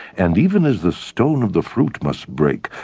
and even as the stone of the fruit must break,